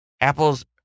Apple's